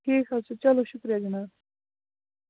ٹھیٖک حَظ چھُ چَلو شُکریہ جِناب